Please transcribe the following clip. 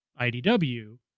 IDW